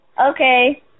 Okay